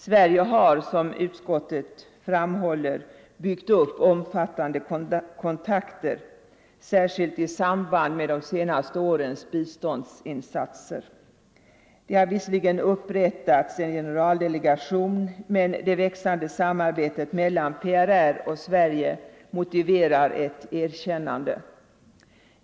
Sverige har, som utskottet framhåller, byggt upp omfattande kontakter med PRR särskilt i samband med de senaste årens biståndsinsatser. Det har visserligen upprättats en generaldelegation, men det växande samarbetet mellan PRR och Sverige motiverar ett erkännande.